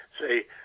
say